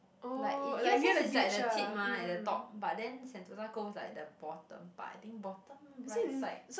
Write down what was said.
like it u_s_s is like the tip mah at the top but then Sentosa Cove like the bottom part I think bottom right side